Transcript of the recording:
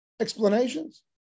explanations